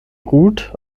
ruht